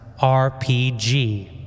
RPG